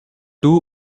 two